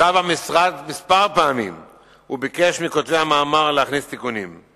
שב המשרד פעמים מספר וביקש מכותבי המאמר להכניס תיקונים.